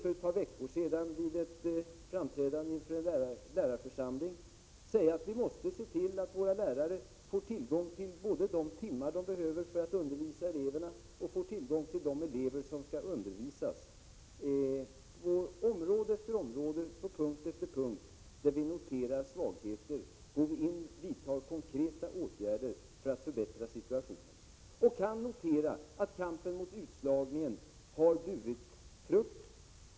Vid ett framträdande inför en församling lärare för ett par veckor sedan sade jag, att vi måste se till att våra lärare både får tillgång till de timmar de behöver för att undervisa eleverna och tillgång till de elever som skall undervisas. Jag upprepar att på område efter område och punkt efter punkt där vi noterar svårigheter, går vi in och vidtar konkreta åtgärder för att förbättra situationen. Kampen mot utslagningen har burit frukt.